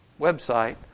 website